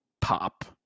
pop